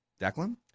Declan